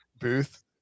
booth